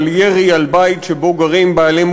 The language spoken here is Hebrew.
לירי על בית בתל-אביב